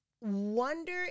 wonder